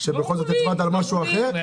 שבכל זאת הצבעת על משהו אחר,